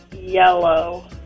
Yellow